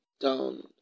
down